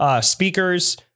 speakers